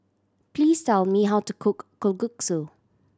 please tell me how to cook Kalguksu